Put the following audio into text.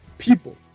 People